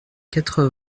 quatre